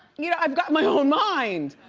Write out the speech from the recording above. you know i've got my own mind.